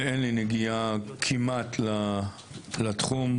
אין לי נגיעה כמעט לתחום.